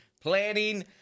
planning